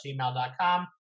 gmail.com